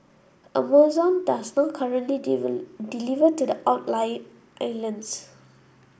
Amazon does not currently deliver to the outlying islands